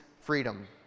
freedom